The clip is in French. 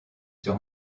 sur